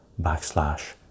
backslash